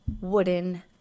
wooden